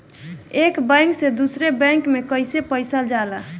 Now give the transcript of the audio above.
एक बैंक से दूसरे बैंक में कैसे पैसा जाला?